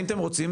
אם אתם רוצים,